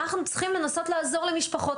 אנחנו צריכים לנסות לעזור למשפחות.